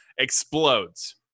Explodes